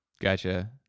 gotcha